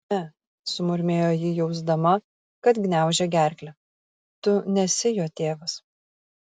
ne sumurmėjo ji jausdama kad gniaužia gerklę tu nesi jo tėvas